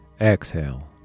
exhale